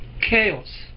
chaos